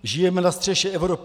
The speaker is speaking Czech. Žijeme na střeše Evropy.